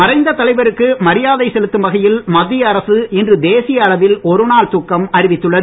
மறைந்த தலைவருக்கு மரியாதை செலுத்தும் வகையில் மத்திய அரசு இன்று தேசிய அளவில் ஒருநாள் துக்கம் அறிவித்துள்ளது